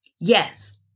Yes